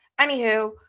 anywho